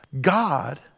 God